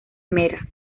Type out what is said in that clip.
mera